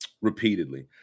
repeatedly